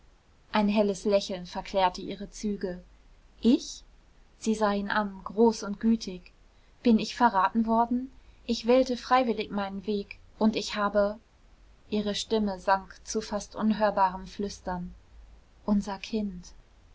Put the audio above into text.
ein helles lächeln verklärte ihre züge ich sie sah ihn an groß und gütig bin ich verraten worden ich wählte freiwillig meinen weg und ich habe ihre stimme sank zu fast unhörbarem flüstern unser kind